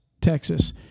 Texas